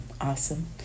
awesome